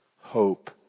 Hope